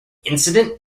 incident